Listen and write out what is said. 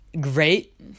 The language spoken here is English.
great